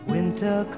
Winter